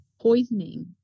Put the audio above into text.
poisoning